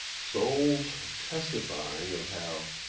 souls testifying of how,